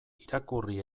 irakurri